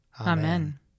Amen